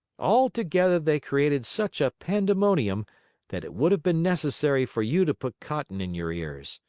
all together they created such a pandemonium that it would have been necessary for you to put cotton in your ears.